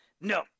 no